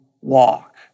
walk